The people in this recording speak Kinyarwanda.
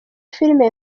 filime